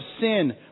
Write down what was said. sin